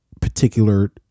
particular